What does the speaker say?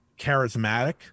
charismatic